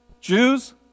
Jews